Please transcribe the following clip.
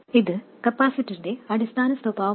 ഇത് കപ്പാസിറ്ററിന്റെ അടിസ്ഥാന സ്വഭാവമാണ്